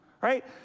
right